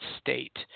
state